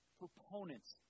proponents